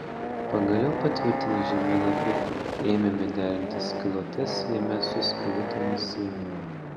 pagaliau pritvirtinę žemėlapį ėmėme derinti skylutes jame su skylutėmis sienoje